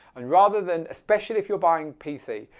and rather than, especially if you're buying pc,